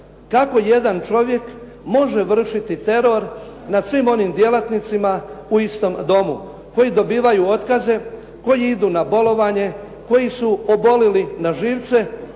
kako jedan čovjek može vršiti teror nad svim onim djelatnicima u istom domu koji dobivaju otkaze, koji idu na bolovanje, koji su obolili na živce.